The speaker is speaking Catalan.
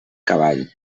cavall